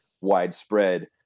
widespread